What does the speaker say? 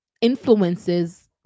influences